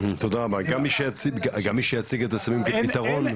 תודה רבה, גם מי שיציג את הסמים כפתרון.